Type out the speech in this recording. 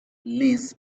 liz